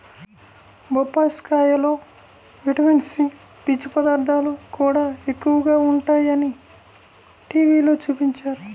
బొప్పాస్కాయలో vitamin C, పీచు పదార్థాలు కూడా ఎక్కువగా ఉంటయ్యని టీవీలో చూపించారు